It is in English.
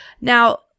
Now